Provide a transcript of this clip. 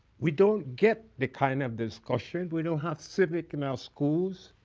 we don't get the kind of discussions. we don't have civic and ah schools.